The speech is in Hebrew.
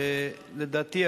לדעתי,